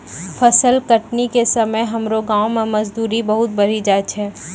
फसल कटनी के समय हमरो गांव मॅ मजदूरी बहुत बढ़ी जाय छै